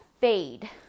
fade